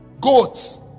Goats